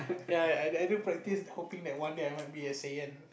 ya I do practice hoping that one day I might be a Saiyan